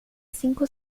cinco